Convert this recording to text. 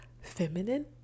feminine